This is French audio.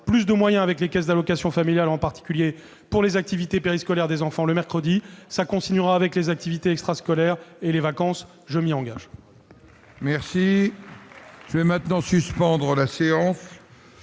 plus de moyens, avec les caisses d'allocations familiales en particulier, pour les activités périscolaires des enfants le mercredi. Cela continuera avec les activités extrascolaires et les vacances. Je m'y engage.